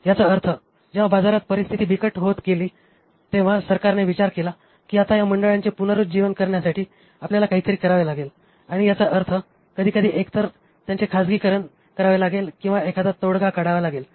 याचा अर्थ जेव्हा बाजारात परिस्थिती बिकट होत गेली तेव्हा सरकारने विचार केला की आता या मंडळांचे पुनरुज्जीवन करण्यासाठी आपल्याला काहीतरी करावे लागेल आणि याचा अर्थ कधीकधी एकतर त्यांचे खाजगीकरण करावे लागेल किंवा एखादा तोडगा काढावा लागेल